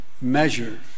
measure